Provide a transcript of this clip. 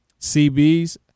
CBs